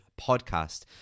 podcast